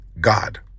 God